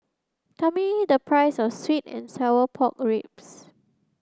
tell me the price of sweet and sour pork ribs